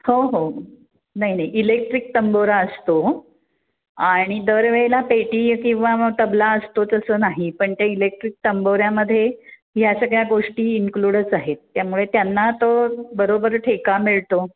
हो हो नाही नाही इलेक्ट्रिक तंबोरा असतो आणि दरवेळेला पेटी किंवा मग तबला असतोच तसं नाही पण त्या इलेक्ट्रिक तंबोऱ्यामध्ये ह्या सगळ्या गोष्टी इन्क्लूडच आहेत त्यामुळे त्यांना तो बरोबर ठेका मिळतो